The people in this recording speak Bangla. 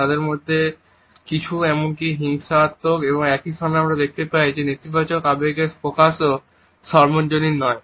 তাদের মধ্যে কিছু এমনকি হিংসাত্মক এবং একই সময়ে আমরা দেখতে পাই যে নেতিবাচক আবেগের প্রকাশও সর্বজনীন নয়